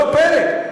לא פלא,